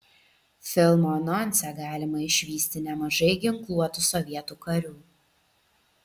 filmo anonse galima išvysti nemažai ginkluotų sovietų karių